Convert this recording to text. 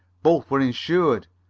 both were insured.